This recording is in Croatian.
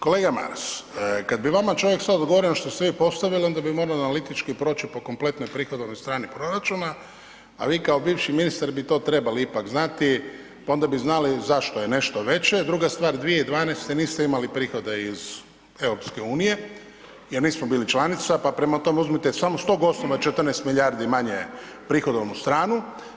Kolega Maras, kad bi vama čovjek sad odgovorio ono što ste vi postavili, onda bi morali analitički proći po kompletnoj prihodovnoj strani proračuna, a vi kao bivši ministar bi to trebali ipak znati pa onda bi znali zašto je nešto veće, Druga stvar, 2012. niste imali prihoda iz EU-a jer nismo bili članica pa prema uzmite samo s tog osnova, 14 milijarde manje prihodovnu stranu.